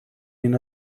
den